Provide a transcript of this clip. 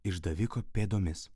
išdaviko pėdomis